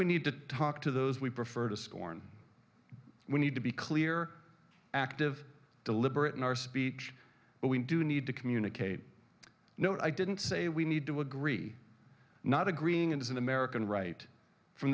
we need to talk to those we prefer to scorn we need to be clear active deliberate in our speech but we do need to communicate no i didn't say we need to agree not agreeing and is an american right from